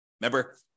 Remember